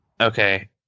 Okay